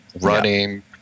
Running